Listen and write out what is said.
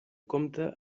compta